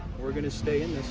we're going to stay in